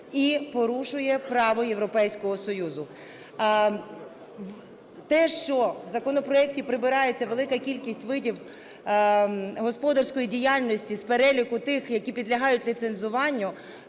і порушує право Європейського Союзу. Те, що в законопроекті прибирається велика кількість видів господарської діяльності з переліку тих, які підлягають ліцензуванню,